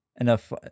enough